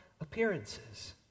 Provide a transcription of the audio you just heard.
appearances